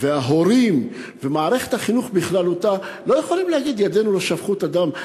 ההורים ומערכת החינוך בכללותה לא יכולים להגיד: ידינו לא שפכו את הדם.